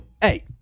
Hey